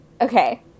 okay